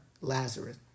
Lazarus